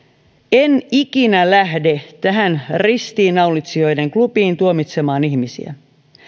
en ikinä lähde tähän ristiinnaulitsijoiden klubiin tuomitsemaan ihmisiä